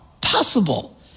possible